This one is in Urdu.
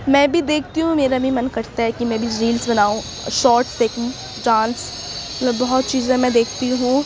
میں بھی دیکھتی ہوں میرا بھی من کرتا ہے کہ میں بھی ریلس بناؤں شارٹس دیکھوں ڈانس مطلب بہت چیزیں میں دیکھتی ہوں